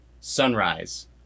sunrise